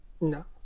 No